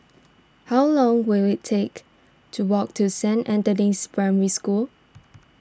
how long will it take to walk to Saint Anthony's Primary School